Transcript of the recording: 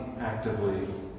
actively